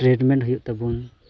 treatment ᱦᱩᱭᱩᱜ ᱛᱟᱵᱚᱱ